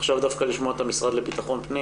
לשמוע את המשרד לביטחון פנים,